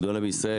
הגדולה בישראל,